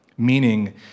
Meaning